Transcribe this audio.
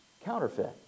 counterfeit